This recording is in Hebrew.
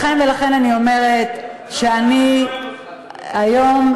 לכן אני אומרת שהיום,